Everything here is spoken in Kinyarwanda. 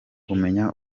kumenya